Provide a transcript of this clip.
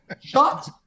Shut